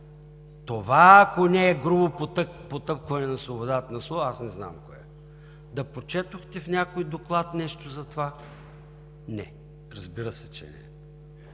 Това ако не е грубо потъпкване на свободата на словото, аз не знам какво е. Да прочетохте в някой доклад нещо за това?! Не, разбира се, че не!